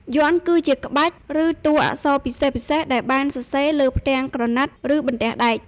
យ័ន្ត គឺជាក្បាច់ ឬតួអក្សរពិសេសៗដែលបានសរសេរលើផ្ទាំងក្រណាត់ ឬបន្ទះដែក។